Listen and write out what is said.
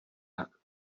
tak